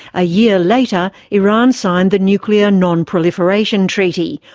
a year later, iran signed the nuclear non proliferation treaty,